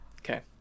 okay